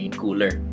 cooler